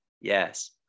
yes